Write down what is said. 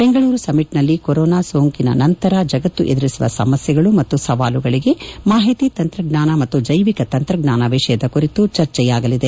ಬೆಂಗಳೂರು ಸಮ್ನಿಟ್ನಲ್ಲಿ ಕೊರೊನಾ ಸೋಂಕಿನ ನಂತರ ಜಗತ್ತು ಎದುರಿಸುವ ಸಮಸ್ನೆಗಳು ಮತ್ತು ಸವಾಲುಗಳಿಗೆ ಮಾಹಿತಿ ತಂತ್ರಜ್ಞಾನ ಮತ್ತು ಜೈವಿಕ ತಂತ್ರಜ್ಞಾನ ವಿಷಯದ ಕುರಿತು ಚರ್ಚೆಯಾಗಲಿದೆ